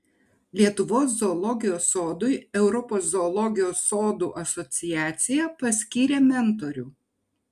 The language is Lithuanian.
lietuvos zoologijos sodui europos zoologijos sodų asociacija paskyrė mentorių